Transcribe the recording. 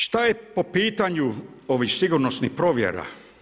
Šta je po pitanju ovih sigurnosnih provjera?